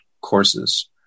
courses